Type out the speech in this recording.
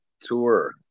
tour